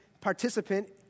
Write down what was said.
participant